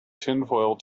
tinfoil